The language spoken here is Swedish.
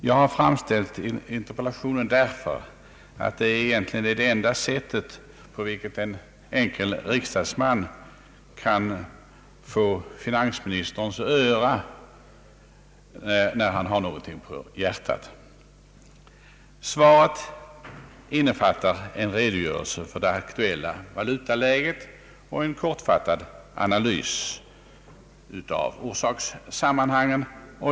Jag har framställt interpellationen därför att detta egentligen är det enda sätt på vilket en enkel riksdagsman kan få finansministerns öra när denne enkle riksdagsman har någonting på hjärtat. Svaret innefattar en redogörelse för det aktuella valutaläget och en kortfattad analys av orsakssammanhangen.